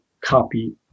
copy